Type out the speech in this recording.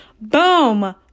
Boom